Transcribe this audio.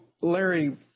Larry